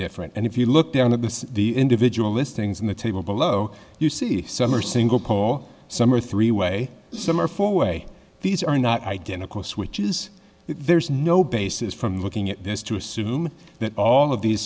different and if you look down to the individual listings in the table below you see some are single pole some are three way some are four way these are not identical switches there's no basis from looking at this to assume that all of these